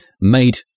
made